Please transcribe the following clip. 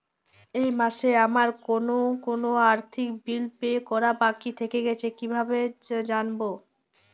এই মাসে আমার কোন কোন আর্থিক বিল পে করা বাকী থেকে গেছে কীভাবে জানব?